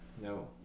No